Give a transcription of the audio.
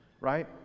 right